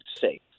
safe